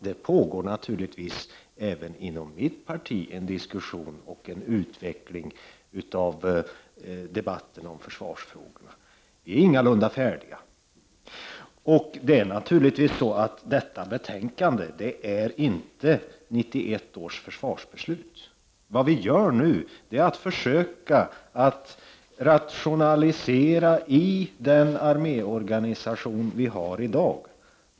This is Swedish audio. Det pågår naturligtvis även inom mitt parti en diskussion och en utveckling när det gäller försvarsfrågor. Vi är ingalunda färdiga. Detta betänkande utgör inte 1991 års försvarsbeslut. Det vi nu försöker göra är att rationalisera i den arméorganisation som vi har i dag.